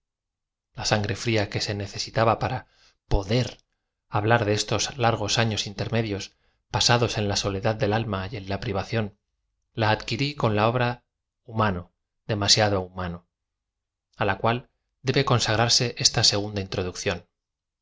a sangre irla que se necesitaba para poder ha blar de esos largos años intermedios pasados en la so ledad del alm a y en la privación la adquirí con la obra humano demaiiado humano f á la cual debe con sagrarse esta segunda introducción